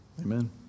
Amen